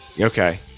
Okay